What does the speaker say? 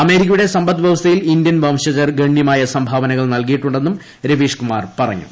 അമേരിക്കയുടെ സമ്പദ് വൃവസ്ഥയിൽ ഇന്ത്യൻ വംശജർ ഗണ്യമായ സംഭാവനകൾ നൽകിയിട്ടുണ്ടെന്നും രവീഷ് കുമാർ പറഞ്ഞു